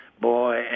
Boy